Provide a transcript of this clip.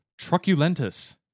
truculentus